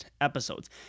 episodes